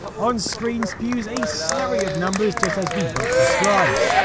on screen spews a slurry of numbers just as the book describes.